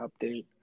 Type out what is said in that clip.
update